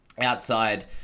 outside